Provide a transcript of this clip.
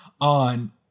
on